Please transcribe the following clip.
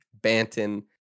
Banton